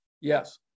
yes